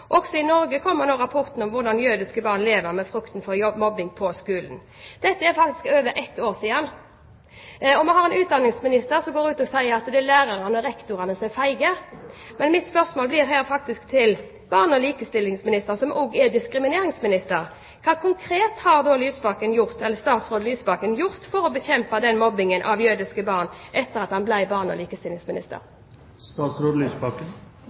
Også i Norge kommer nå rapportene om hvordan jødiske barn lever med frykten for mobbing på skolen.» Dette er faktisk over ett år siden, og vi har en utdanningsminister som går ut og sier at det er lærerne og rektorene som er feige. Mitt spørsmål til barne- og likestillingsministeren, som også er diskrimineringsminister, blir: Hva konkret har statsråd Lysbakken gjort for å bekjempe mobbingen av jødiske barn etter at han ble barne- og